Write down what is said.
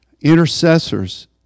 intercessors